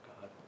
God